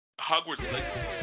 Hogwarts